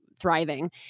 thriving